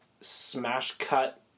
smash-cut